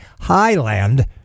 Highland